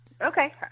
okay